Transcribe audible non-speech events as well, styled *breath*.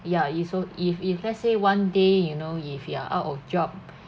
ya it so if if let's say one day you know if you are out of job *breath*